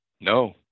no